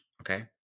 okay